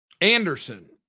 Anderson